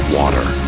water